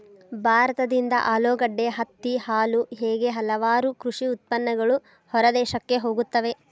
ಭಾರತದಿಂದ ಆಲೂಗಡ್ಡೆ, ಹತ್ತಿ, ಹಾಲು ಹೇಗೆ ಹಲವಾರು ಕೃಷಿ ಉತ್ಪನ್ನಗಳು ಹೊರದೇಶಕ್ಕೆ ಹೋಗುತ್ತವೆ